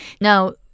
Now